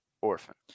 Orphan